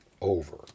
over